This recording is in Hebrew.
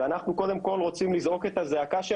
ואנחנו קודם כל רוצים לזעוק את הזעקה של